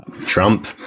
Trump